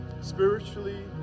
spiritually